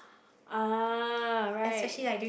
ah right